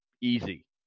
easy